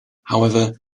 however